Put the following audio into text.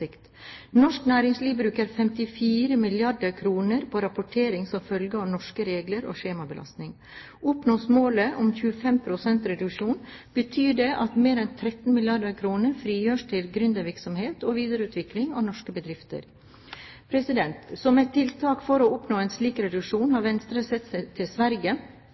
hensikt. Norsk næringsliv bruker 54 mrd. kr på rapportering, som følge av norske regler og skjemabelastning. Oppnås målet om 25 pst. reduksjon, betyr det at mer enn 13 mrd. kr frigjøres til gründervirksomhet og videreutvikling av norske bedrifter. Som et tiltak for å oppnå en slik reduksjon har Venstre sett til Sverige,